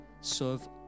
serve